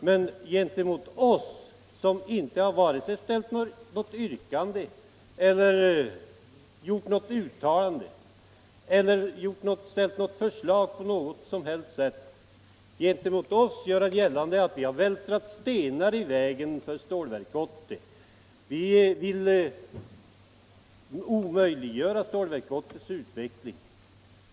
Men gentemot oss, som inte har vare sig ställt något yrkande, gjort något uttalande eller väckt något förslag på något som helst sätt, gör han gällande att vi har vältrat stenar i vägen för Stålverk 80, att vi vill omöjliggöra dess utveckling.